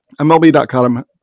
MLB.com